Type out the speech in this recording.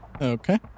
Okay